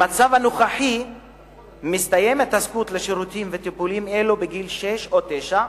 במצב הנוכחי מסתיימת הזכות לשירותים וטיפולים אלה בגיל שש או תשע.